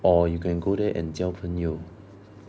or you can go there and 交朋友